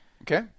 Okay